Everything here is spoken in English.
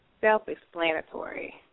self-explanatory